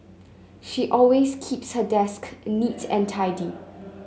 she always keeps her desk neat and tidy